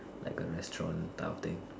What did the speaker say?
like a restaurant type of thing